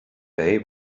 day